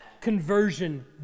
conversion